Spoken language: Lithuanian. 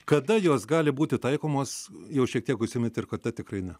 kada jos gali būti taikomos jau šiek tiek užsiminėt ir kada tikrai ne